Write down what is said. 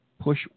Push